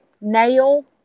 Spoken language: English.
nail